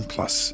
Plus